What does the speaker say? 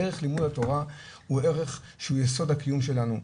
ערך לימוד התורה שהוא יסוד הקיום שלנו.